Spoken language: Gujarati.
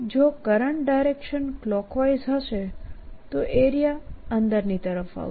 જો કરંટ ડાયરેક્શન ક્લોકવાઇઝ હશે તો એરિયા અંદરની તરફ આવશે